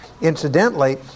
incidentally